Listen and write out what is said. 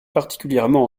particulièrement